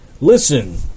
Listen